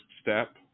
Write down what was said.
step